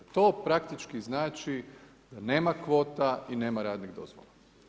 To praktički znači da nema kvota i nema radnih dozvola.